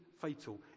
fatal